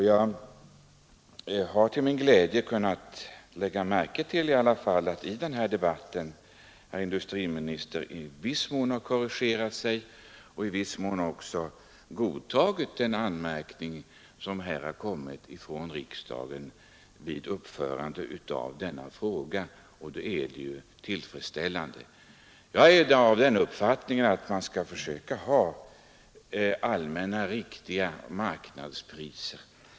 Jag har med glädje kunnat lägga märke till att industriministern i den här debatten i viss mån har korrigerat sig och i viss utsträckning också godtagit den anmärkning som kommit från riksdagen i denna fråga. Det är tillfredsställande. Jag är av den uppfattningen att man skall försöka ha riktiga allmänna marknadspriser.